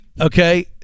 okay